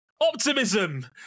Optimism